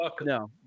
No